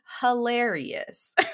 hilarious